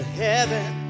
heaven